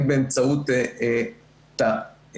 אם באמצעות תהליכים,